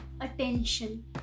attention